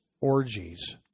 orgies